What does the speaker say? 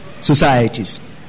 societies